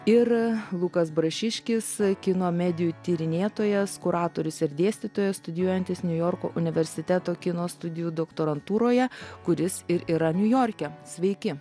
ir lukas brašiškis kino medijų tyrinėtojas kuratorius ir dėstytojas studijuojantis niujorko universiteto kino studijų doktorantūroje kuris ir yra niujorke sveiki